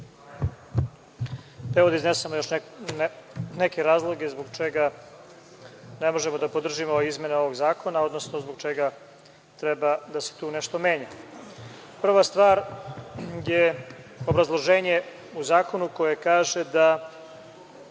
Da iznesem još neke razloge zbog čega ne možemo da podržimo izmene ovog zakona, odnosno zbog čega tu treba da se nešto menja. Prva stvar je obrazloženje u zakonu koje kaže da